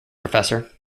professor